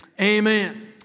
amen